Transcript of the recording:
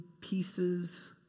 pieces